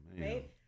right